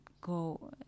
go